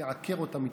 לעקר אותה מתוכן.